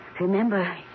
Remember